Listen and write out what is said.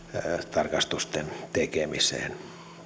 tarkastusten tekemiseen